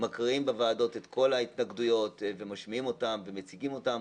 מקריאים בוועדות את כל ההתנגדויות ומשמיעים אותן ומציגים אותן.